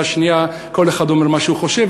השנייה כל אחד אומר מה שהוא חושב,